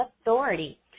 Authority